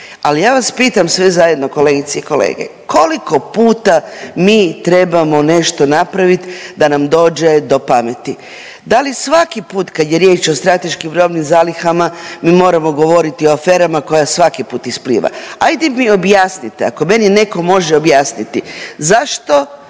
ali ja vas pitam sve zajedno kolegice i kolege, koliko puta mi trebamo nešto napravit da nam dođe do pameti? Da li svaki put kad je riječ o strateškim robnim zalihama mi moramo govoriti o aferama koja svaki put ispliva? Ajde mi objasnite, ako meni neko može objasniti, zašto